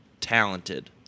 talented